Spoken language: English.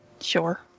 Sure